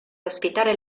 ospitare